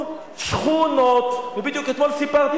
אני מקווה שאני מדייק.